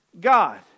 God